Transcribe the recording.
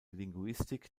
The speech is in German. linguistik